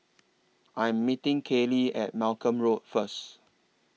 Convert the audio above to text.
I Am meeting Caylee At Malcolm Road First